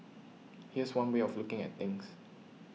here's one way of looking at things